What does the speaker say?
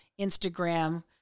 Instagram